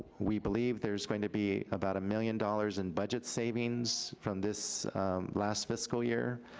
we believe there's going to be about a million dollars in budget savings from this last fiscal year,